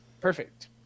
Perfect